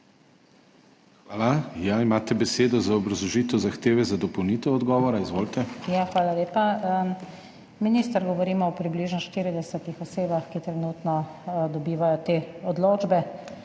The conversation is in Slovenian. Hvala. Imate besedo za obrazložitev zahteve za dopolnitev odgovora. Izvolite. NATAŠA SUKIČ (PS Levica): Hvala lepa. Minister, govorimo o približno 40 osebah, ki trenutno dobivajo te odločbe.